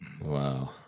Wow